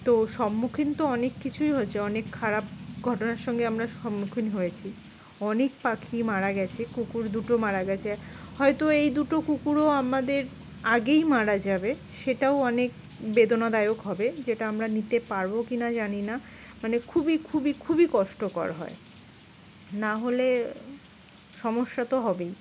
তো সম্মুখীন তো অনেক কিছুই হয়েছি অনেক খারাপ ঘটনার সঙ্গে আমরা সম্মুখীন হয়েছি অনেক পাখি মারা গেছে কুকুর দুটো মারা গেছে হয়তো এই দুটো কুকুরও আমাদের আগেই মারা যাবে সেটাও অনেক বেদনাদায়ক হবে যেটা আমরা নিতে পারবো কি না জানি না মানে খুবই খুবই খুবই কষ্টকর হয় নাহলে সমস্যা তো হবেই